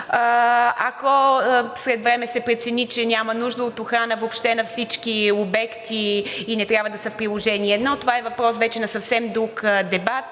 Ако след време се прецени, че няма нужда от охрана въобще на всички обекти и не трябва да са в Приложение № 1, това е въпрос вече на съвсем друг дебат